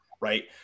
right